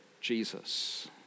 Jesus